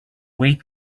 wait